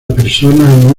persona